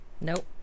Nope